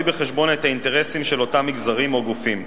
בחשבון את האינטרסים של אותם מגזרים או גופים.